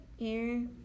air